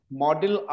model